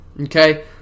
Okay